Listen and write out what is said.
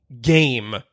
game